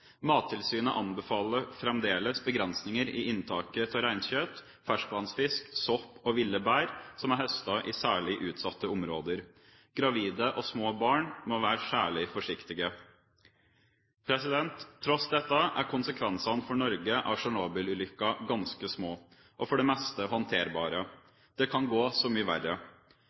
Mattilsynet anbefaler fremdeles begrensninger i inntaket av reinsdyrkjøtt, ferskvannsfisk, sopp og ville bær som er høstet i særlig utsatte områder. Gravide og små barn må være særlig forsiktige. Til tross for dette er konsekvensene for Norge av Tsjernobyl-ulykken ganske små og for det meste håndterbare. Det kan gå så mye verre.